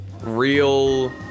real